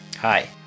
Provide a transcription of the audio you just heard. Hi